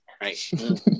right